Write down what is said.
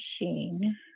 machine